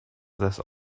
this